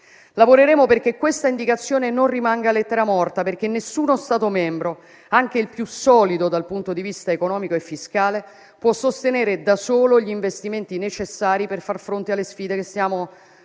Lavoreremo perché questa indicazione non rimanga lettera morta, in quanto nessuno Stato membro, anche il più solido dal punto di vista economico e fiscale, può sostenere da solo gli investimenti necessari a far fronte alle sfide che stiamo affrontando,